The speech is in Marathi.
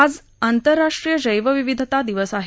आज आंतरराष्ट्रीय जैवविविधता दिन आहे